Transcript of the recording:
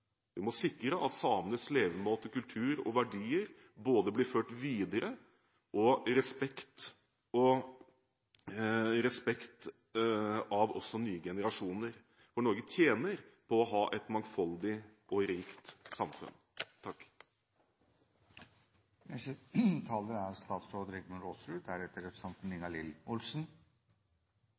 Vi må sikre at samenes levemåte, kultur og verdier blir ført videre i respekt også av nye generasjoner, for Norge tjener på å ha et mangfoldig og rikt samfunn. Trygghet, mangfold og likeverd er